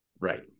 Right